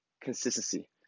Consistency